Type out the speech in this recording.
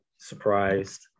surprised